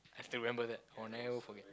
I have to remember that I will never forget